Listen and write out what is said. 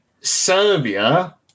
Serbia